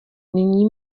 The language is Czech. nyní